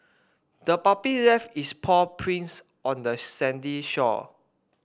the puppy left its paw prints on the sandy shore